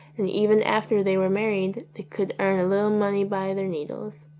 and even after they were married they could earn a little money by their needles.